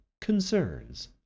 concerns